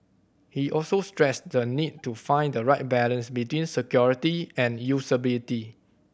he also stressed the need to find the right balance between security and usability